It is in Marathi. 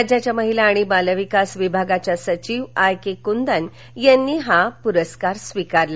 राज्याच्या महिला आणि बाल विकास विभागाच्या सचिव आय के कुंदन यांनी हा पुरस्कार स्वीकारला